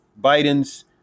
Biden's